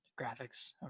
graphics